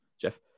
Jeff